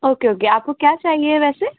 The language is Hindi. ओके ओके आपको क्या चाहिए वैसे